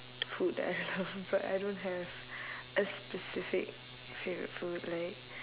food that I love but I don't have a specific favourite food like